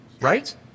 right